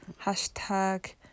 hashtag